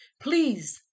please